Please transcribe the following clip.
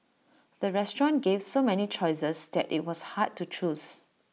the restaurant gave so many choices that IT was hard to choose